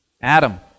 Adam